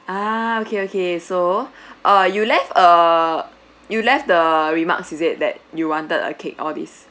ah okay okay so uh you left a you left the remarks is it that you wanted a cake all these